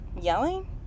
yelling